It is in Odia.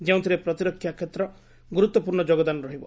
ଯେଉଁଥିରେ ପ୍ରତିରକ୍ଷା କ୍ଷେତ୍ରରର ଗୁରୁତ୍ୱପୂର୍ଣ୍ଣ ଯୋଗଦାନ ରହିବ